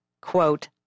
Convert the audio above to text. quote